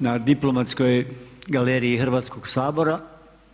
na diplomatskoj galeriji Hrvatskog sabora